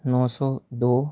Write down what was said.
نو سو دو